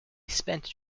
spent